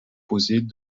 posées